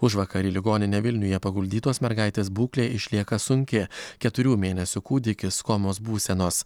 užvakar į ligoninę vilniuje paguldytos mergaitės būklė išlieka sunki keturių mėnesių kūdikis komos būsenos